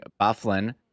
Bufflin